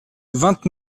vingt